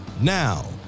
Now